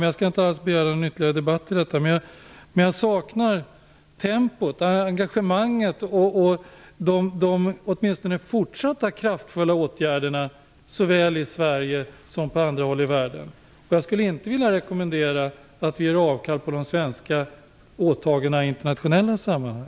Jag saknar tempot, engagemanget och de fortsatta kraftfulla åtgärderna såväl i Sverige som på andra håll i världen, men jag skall inte begära någon ytterligare debatt om detta. Jag skulle inte vilja rekommendera att vi gör avkall på de svenska åtagandena i internationella sammanhang.